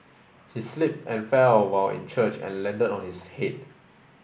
he slipped and fell while in church and landed on his head